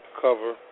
cover